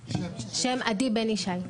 עדי בן ישי.